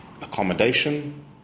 accommodation